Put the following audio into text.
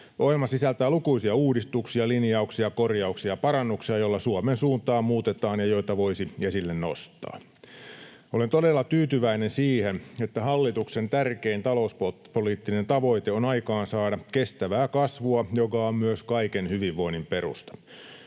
Ohjelma sisältää lukuisia uudistuksia, linjauksia, korjauksia ja parannuksia, joilla Suomen suuntaa muutetaan ja joita voisi esille nostaa. Olen todella tyytyväinen siihen, että hallituksen tärkein talouspoliittinen tavoite on aikaansaada kestävää kasvua, joka on myös kaiken hyvinvoinnin perusta.